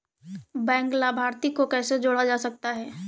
Bank लाभार्थी को कैसे जोड़ा जा सकता है?